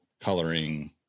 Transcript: coloring